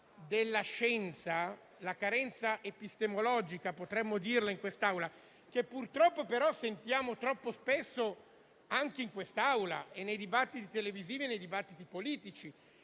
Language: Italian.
della scienza, la carenza epistemologica, noi, purtroppo, la sentiamo troppo spesso anche in quest'Aula, nei dibattiti televisivi e nei dibattiti politici.